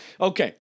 Okay